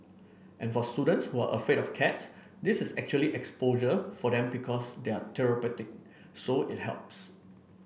and for students who are afraid for cats this is actually exposure for them because they're therapeutic so it helps